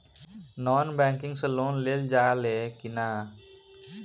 Non banking से loan लेल जा ले कि ना?